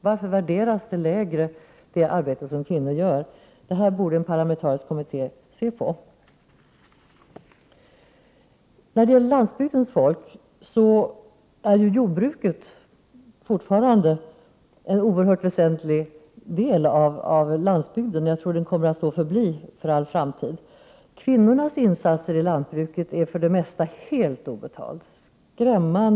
En parlamentarisk kommitté borde således undersöka varför det arbete som kvinnor utför värderas lägre. När det gäller landsbygdens folk svarar jordbruket fortfarande för en oerhört väsentlig del av sysselsättningen. Jag tror att det kommer att så förbli för all framtid. Kvinnornas insatser i lantbruket är för det mesta helt obetalda.